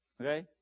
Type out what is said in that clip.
Okay